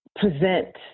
present